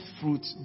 fruit